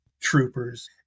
troopers